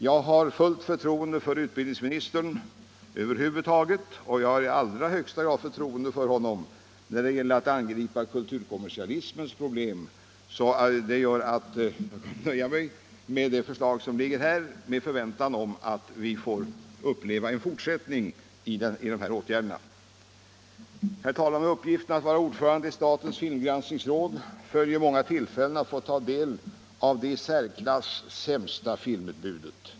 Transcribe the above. Jag har fullt förtroende för utbildningsministern över huvud taget, och jag har i allra högsta grad förtroende för honom när det gäller att angripa kulturkommersialismens problem. Det gör att jag nöjer mig med det förslag som ligger här i förväntan på att vi får uppleva en fortsättning. Herr talman! Med uppgiften att vara ordförande i statens filmgranskningsråd följer många tillfällen att få ta del av det i särklass sämsta filmutbudet.